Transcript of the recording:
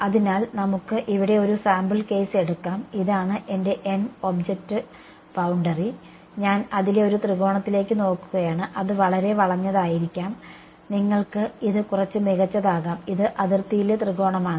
അതിനാൽ നമുക്ക് ഇവിടെ ഒരു സാമ്പിൾ കേസ് എടുക്കാം ഇതാണ് എന്റെ ഒബ്ജക്റ്റ് ബൌണ്ടറി ഞാൻ അതിലെ ഒരു ത്രികോണത്തിലേക്ക് നോക്കുകയാണ് അത് വളരെ വളഞ്ഞതായിരിക്കാം നിങ്ങൾക്ക് ഇത് കുറച്ച് മികച്ചതാക്കാം ഇത് അതിർത്തിയിലെ ത്രികോണമാണ്